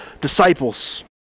disciples